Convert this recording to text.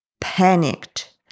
panicked